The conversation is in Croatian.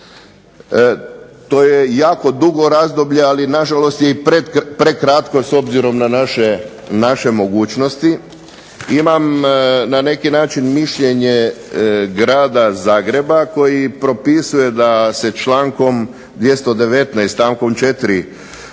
to je jako dugo razdoblje, ali nažalost je i prekratko s obzirom na naše mogućnosti. Imam na neki način mišljenje Grada Zagreba koji propisuje da se člankom 219. stavkom 4.